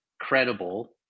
credible